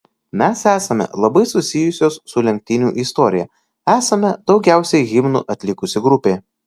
mes esame labai susijusios su lenktynių istorija esame daugiausiai himnų atlikusi grupė